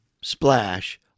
splash